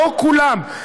לא כולם,